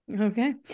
Okay